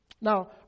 Now